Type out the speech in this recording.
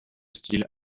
style